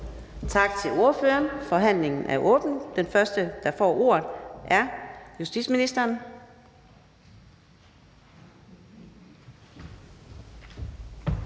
Tak til ordføreren. Forhandlingen er åbnet. Den første, der får ordet, er justitsministeren.